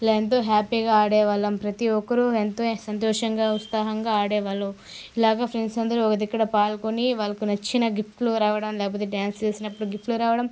ఎలా ఎంతో హ్యాపీగా ఆడేవాళ్ళం ప్రతి ఒక్కరూ ఎంతో సంతోషంగా ఉత్సాహంగా ఆడేవాళ్లు ఇలాగ ఫ్రెండ్స్ అందరూ ఒక దగ్గర పాల్గొని వాళ్ళకు నచ్చిన గిఫ్ట్లు రావడం లేకపోతే డ్యాన్స్లు వేసినప్పుడు గిఫ్ట్లు రావడం